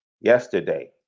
yesterday